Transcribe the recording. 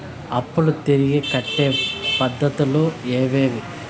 అప్పులు తిరిగి కట్టే పద్ధతులు ఏవేవి